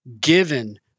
given